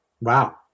Wow